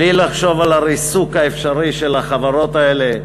בלי לחשוב על הריסוק האפשרי של החברות האלה,